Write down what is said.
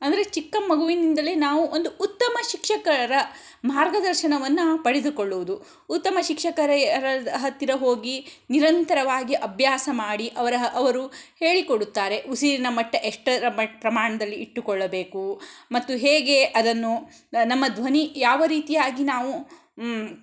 ಅಂದರೆ ಚಿಕ್ಕ ಮಗುವಿನಿಂದಲೇ ನಾವು ಒಂದು ಉತ್ತಮ ಶಿಕ್ಷಕರ ಮಾರ್ಗದರ್ಶನವನ್ನು ಪಡೆದುಕೊಳ್ಳುವುದು ಉತ್ತಮ ಶಿಕ್ಷಕರ ಹತ್ತಿರ ಹೋಗಿ ನಿರಂತರವಾಗಿ ಅಭ್ಯಾಸ ಮಾಡಿ ಅವರ ಅವರು ಹೇಳಿಕೊಡುತ್ತಾರೆ ಉಸಿರಿನಮಟ್ಟ ಎಷ್ಟರ ಪ್ರಮಾಣದಲ್ಲಿ ಇಟ್ಟುಕೊಳ್ಳಬೇಕು ಮತ್ತು ಹೇಗೆ ಅದನ್ನು ನಮ್ಮ ಧ್ವನಿ ಯಾವ ರೀತಿಯಾಗಿ ನಾವು